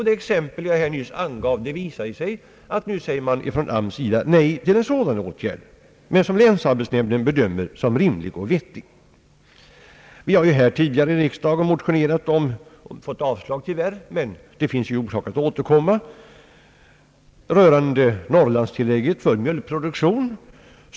Det exempel jag nyss angav visar att man från AMS:s sida säger nej till en sådan åtgärd, som däremot länsarbetsnämnden bedömer såsom rimlig och riktig. Vi har här i riksdagen tidigare motionerat — vi fick tyvärr avslag men det finns ju anledning återkomma — om norrlandstillägget för mjölkproduktion.